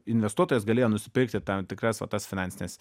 investuotojas galėjo nusipirkti tam tikras va tas finansines